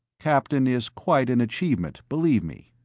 captain is quite an achievement, believe me.